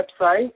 website